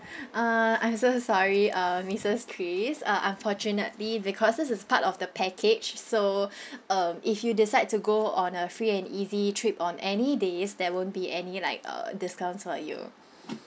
uh I'm so sorry uh missus chris uh unfortunately because this is part of the package so um if you decide to go on a free and easy trip on any days there won't be any like uh discounts for you